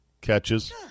catches